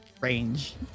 range